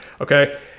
okay